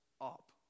up